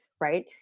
right